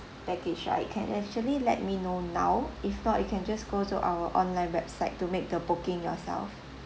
package right you can actually let me know now if not you can just go to our online website to make the booking yourself